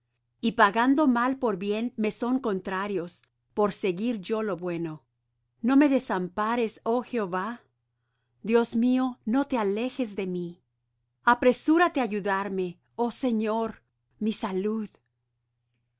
y pagando mal por bien me son contrarios por seguir yo lo bueno no me desampares oh jehová dios mío no te alejes de mí apresúrate á ayudarme oh señor mi salud